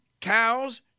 cows